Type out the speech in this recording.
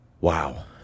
Wow